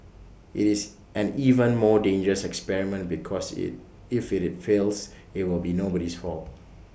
IT is an even more dangerous experiment because IT if IT fails IT will be nobody's fault